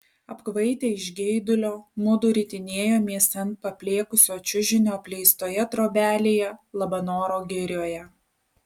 apkvaitę iš geidulio mudu ritinėjomės ant paplėkusio čiužinio apleistoje trobelėje labanoro girioje